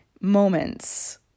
moments